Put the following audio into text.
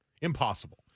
Impossible